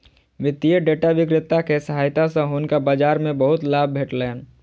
वित्तीय डेटा विक्रेता के सहायता सॅ हुनका बाजार मे बहुत लाभ भेटलैन